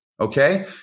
Okay